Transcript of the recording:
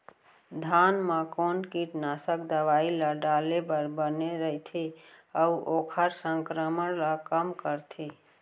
धान म कोन कीटनाशक दवई ल डाले बर बने रइथे, अऊ ओखर संक्रमण ल कम करथें?